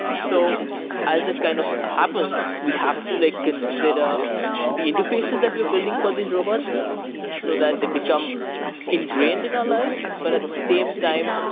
so as that kind of happens, we have to like consider the interfaces that we're building for these robots so that they become engrained in our lives, but at the same time,